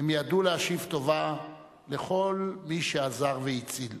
הם ידעו להשיב טובה לכל מי שעזר והציל.